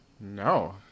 No